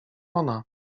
ona